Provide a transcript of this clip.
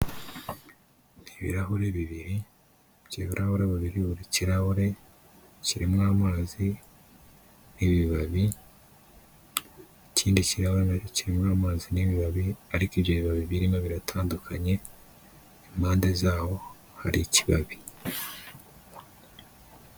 Ibirahure bibiri, ibyo birahure babiri buri kirahure, kirimo amazi n'ibibabi, ikindi kirahure kirahure kirimo amazi n'ibibabi, ariko ibyo bibabi birimo biratandukanye, impande zaho hari ikibabi.